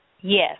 Yes